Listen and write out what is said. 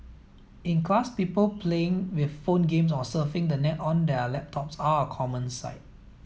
in class people playing with phone games or surfing the net on their laptops are a common sight